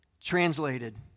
Translated